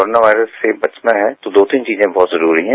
corona virus से बचना है तो दो तीन चीजें बहुत जरूरी हैं